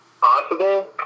Possible